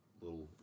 little